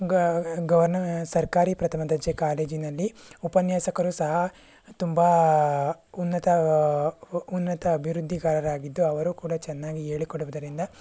ಗವರ್ ಗವರ್ನ ಸರ್ಕಾರಿ ಪ್ರಥಮ ದರ್ಜೆ ಕಾಲೇಜಿನಲ್ಲಿ ಉಪನ್ಯಾಸಕರು ಸಹ ತುಂಬ ಉನ್ನತ ಉನ್ನತ ಅಭಿವೃದ್ಧಿಕಾರರಾಗಿದ್ದು ಅವರು ಕೂಡ ಚೆನ್ನಾಗಿ ಹೇಳಿಕೊಡುವುದರಿಂದ